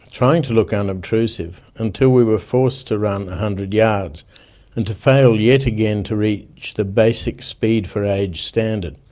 trying to look unobtrusive, until we were forced to run one hundred yards and to fail yet again to reach the basic speed for age standard.